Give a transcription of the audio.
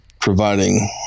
Providing